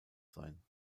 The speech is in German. sein